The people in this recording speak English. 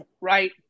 Right